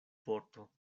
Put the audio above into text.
vorto